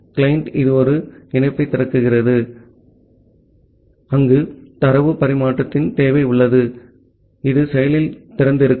client இது ஒரு இணைப்பைத் திறக்கிறது அங்கு தரவு பரிமாற்றத்தின் தேவை உள்ளது இது செயலில் திறந்திருக்கும்